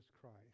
Christ